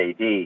AD